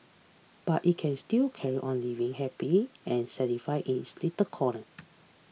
but it can still carry on living happy and satisfied in its little corner